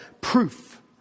proof